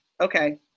Okay